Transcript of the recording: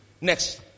Next